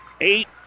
eight